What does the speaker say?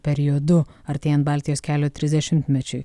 periodu artėjant baltijos kelio trisdešimtmečiui